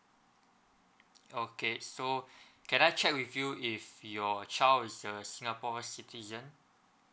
okay so can I check with you if your child is a singapore citizen